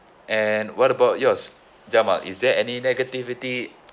and what about yours jamal is there any negativity